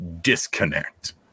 disconnect